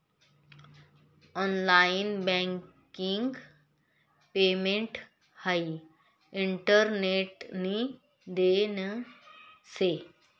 online banking payment हाई इंटरनेटनी देन शे